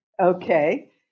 Okay